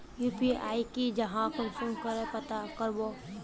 UPI की जाहा कुंसम करे पता करबो?